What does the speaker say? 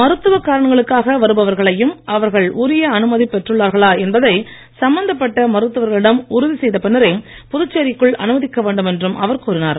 மருத்துவ காரணங்களுக்காக வருபவர்களையும் அவர்கள் உரிய அனுமதி பெற்றுள்ளார்களா என்பதை சம்பந்தப் பட்ட மருத்துவர்களிடம் உறுதி செய்த பின்னரே புதுச்சேரிக்குள் அனுமதிக்க வேண்டுமென்றும் அவர் கூறினார்